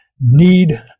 need